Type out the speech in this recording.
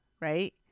right